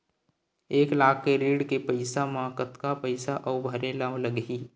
एक लाख के ऋण के पईसा म कतका पईसा आऊ भरे ला लगही?